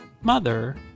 mother